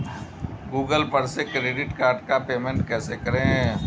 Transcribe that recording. Google पर से credit card का पेमेंट कैसे करें?